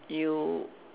you